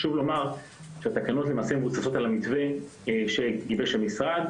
חשוב לומר שלמעשה התקנות מבוססות על המתווה שגיבש המשרד,